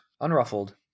unruffled